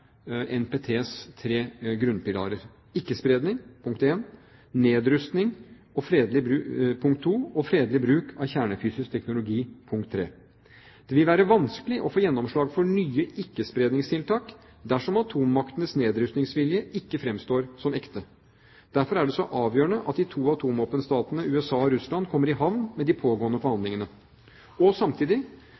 NPTs tre grunnpilarer: ikke-spredning nedrustning fredelig bruk av kjernefysisk teknologi Det vil være vanskelig å få gjennomslag for nye ikke-spredningstiltak dersom atommaktenes nedrustningsvilje ikke fremstår som ekte. Derfor er det så avgjørende at de to atomvåpenstatene USA og Russland kommer i havn med de pågående forhandlingene. Og samtidig: